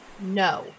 No